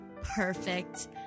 Perfect